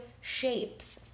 shapes